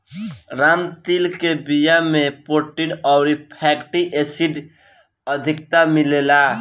राम तिल के बिया में प्रोटीन अउरी फैटी एसिड अधिका मिलेला